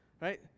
Right